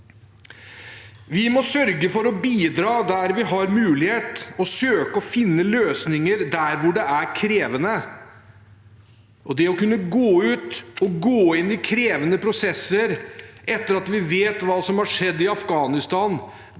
Vi må sørge for å bidra der vi har mulighet, og søke å finne løsninger der hvor det er krevende. Å kunne gå ut og gå inn i krevende prosesser etter at vi vet hva som har skjedd i Afghanistan,